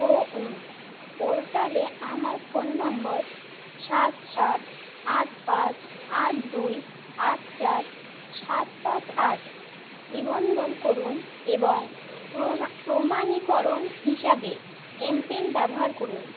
CoWIN পোর্টালে আমার phone number সাত সাত আট পাঁচ আট দুই আট চার সাত পাঁচ আট নিবন্ধন করুন এবং প্রমাণীকরণ হিসাবে এমপিন ব্যবহার করুন